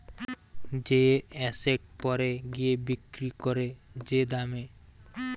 যে এসেট পরে গিয়ে বিক্রি করে যে দামে